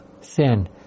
sin